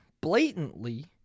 blatantly